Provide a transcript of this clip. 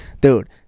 Dude